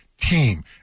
Team